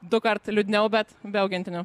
dukart liūdniau bet be augintinių